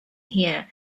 here